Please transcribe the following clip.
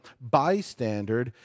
bystander